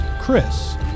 Chris